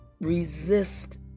resist